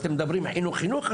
אתם מדברים חינוך חינוך,